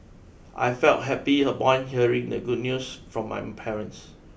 I felt happy upon hearing the good news from my parents